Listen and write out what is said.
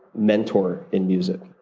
mentor in music?